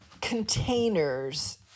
containers